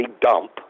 dump